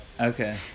Okay